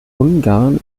ungarn